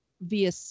via